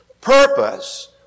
Purpose